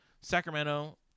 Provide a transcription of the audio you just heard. Sacramento